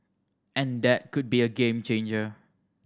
and that could be a game changer